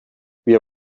wir